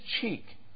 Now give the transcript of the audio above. cheek